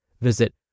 Visit